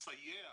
לסייע